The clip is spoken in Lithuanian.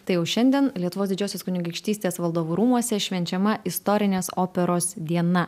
tai jau šiandien lietuvos didžiosios kunigaikštystės valdovų rūmuose švenčiama istorinės operos diena